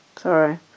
sorry